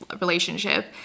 relationship